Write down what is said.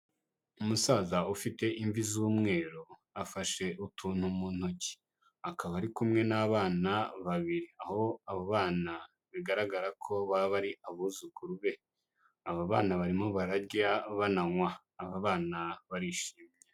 Umusaza ufite imvi z'umweru afashe utuntu mu ntoki, akaba ari kumwe n'abana babiri, aho abo bana bigaragara ko baba ari abuzukuru be, aba bana barimo bararya bananywa, aba bana barishimye.